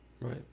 Right